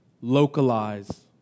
Localize